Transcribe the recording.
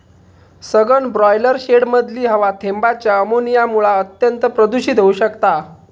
सघन ब्रॉयलर शेडमधली हवा थेंबांच्या अमोनियामुळा अत्यंत प्रदुषित होउ शकता